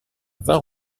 vingt